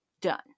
Done